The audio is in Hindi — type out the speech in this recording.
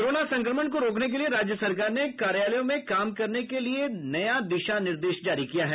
कोरोना संक्रमण को रोकने के लिए राज्य सरकार ने कार्यालयों में काम करने के लिए नया दिशा निर्देश जारी किया है